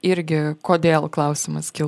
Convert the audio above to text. irgi kodėl klausimas kil